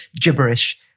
gibberish